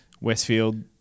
Westfield